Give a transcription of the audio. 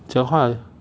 讲话